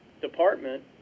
department